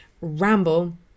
ramble